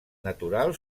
natural